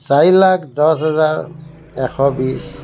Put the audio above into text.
চাৰি লাখ দহ হাজাৰ এশ বিছ